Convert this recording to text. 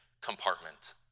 compartment